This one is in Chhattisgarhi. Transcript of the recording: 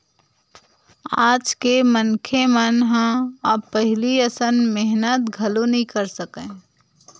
आज के मनखे मन ह अब पहिली असन मेहनत घलो नइ कर सकय